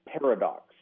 paradox